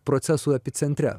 procesų epicentre